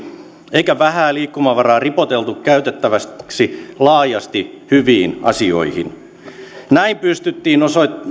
eikä vähää liikkumavaraa ripoteltu käytettäväksi laajasti hyviin asioihin näin pystyttiin